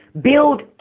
build